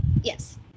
Yes